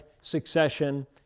succession